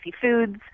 foods